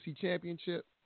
Championship